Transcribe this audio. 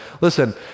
Listen